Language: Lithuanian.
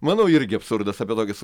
manau irgi absurdas apie tokius